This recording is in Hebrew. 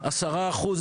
וגם בקדנציה הקודמת,